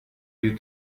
you